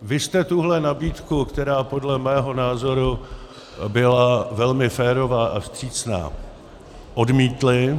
Vy jste tuhle nabídku, která podle mého názoru byla... velmi férová a vstřícná, odmítli.